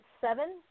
seven